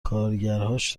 کارگرهاش